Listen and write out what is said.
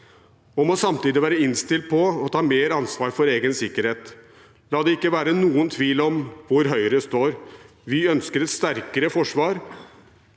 og samtidig være innstilt på å ta mer ansvar for egen sikkerhet. La det ikke være noen tvil om hvor Høyre står: Vi ønsker et sterkere forsvar